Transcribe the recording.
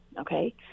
okay